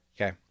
Okay